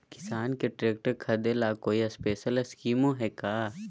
किसान के ट्रैक्टर खरीदे ला कोई स्पेशल स्कीमो हइ का?